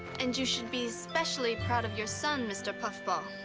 and you should be especially proud of your son, mr. puffball.